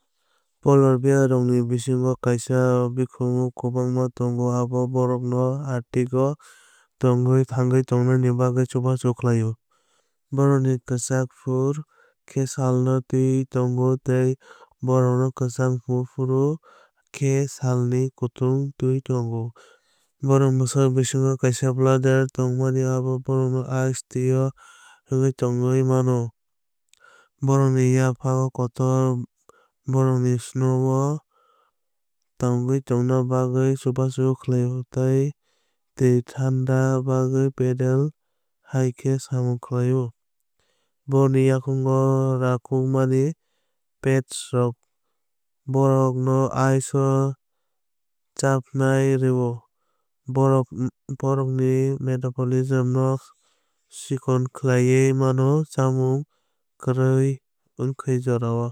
Polar bear rokni bisingo kaisa bikhomu kwbangma tongo abo bohrok no Arctic o thwngwi tongna bagwi chubachu khlaio. Bórokni kwchak fur khe salno tẃiwi tongo tei bórokni kwchak bukuroh khe salni kutung tẃiwi tongo. Bórokni bwsakni thani khwnak blubber tongmani abo bórokno ice twio wngwi tongwi mano. Bórokni yaphak kotor bórokno snow o tongwui tongna bagwi chubachu khlaio tei twi thánda bagwi paddle hai khe samung khlaio. Bórokni yakungni rakmungni pads rok bórokno ice o chapnai rwo. Bohrok bohok ni metabolism no chikon khwlaiwi mano chamung kwrwi wngkhai jorao.